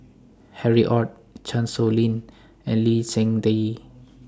Harry ORD Chan Sow Lin and Lee Seng Tee